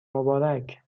مبارک